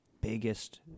biggest